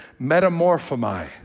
Metamorphomai